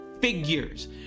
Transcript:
figures